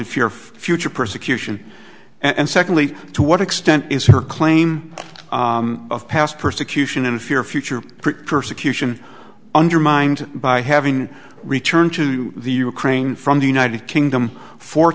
fear future persecution and secondly to what extent is her claim of past persecution and if your future persecution undermined by having returned to the ukraine from the united kingdom four